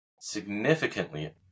significantly